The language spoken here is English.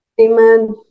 Amen